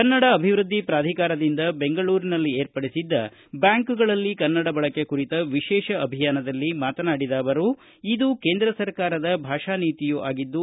ಕನ್ನಡ ಅಭಿವೃದ್ದಿ ಪ್ರಾಧಿಕಾರದಿಂದ ಬೆಂಗಳೂರಿನಲ್ಲಿ ಏರ್ಪಡಿಸಿದ್ದ ಬ್ಯಾಂಕುಗಳಲ್ಲಿ ಕನ್ನಡ ಬಳಕೆ ಕುರಿತ ವಿಶೇಷ ಅಭಿಯಾನದಲ್ಲಿ ಮಾತನಾಡಿದ ಅವರು ಇದು ಕೇಂದ್ರ ಸರ್ಕಾರದ ಭಾಷಾ ನೀತಿಯೂ ಆಗಿದ್ದು